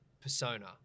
persona